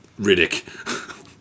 Riddick